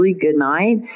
Goodnight